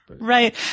Right